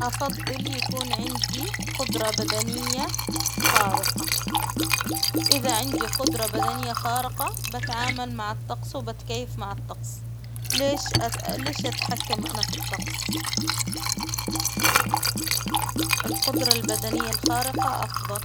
أفضل يكون عندي قدرة بدنية خارقة، إذا عندي قدرة بدنية خارقة بتعامل مع الطقس، وبتكيف مع الطقس، ليش ليش اتحكم في الطقس؟ القدرة البدنية الخارقة أفظل.